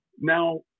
Now